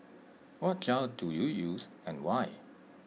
what gel do you use and why